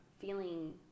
feeling